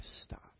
stop